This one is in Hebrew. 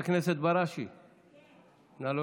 נגד הצביעו 50. אי לכך, הצעת החוק לא